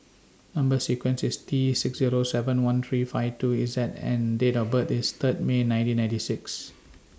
Number sequence IS T six Zero seven one three five two Z and Date of birth IS Third May nineteen ninety six